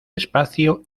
espacio